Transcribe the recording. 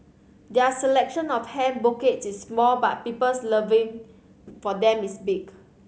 their selection of hand bouquets is small but people's loving for them is big